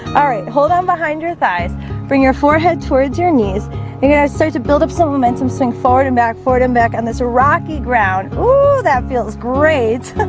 all right. hold on behind your thighs bring your forehead towards your knees again i start to build up some momentum swing forward and back forward and back on this rocky ground oh, that feels great.